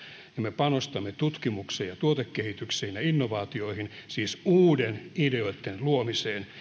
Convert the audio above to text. ja me panostamme tutkimukseen ja tuotekehitykseen ja innovaatioihin siis uusien ideoitten luomiseen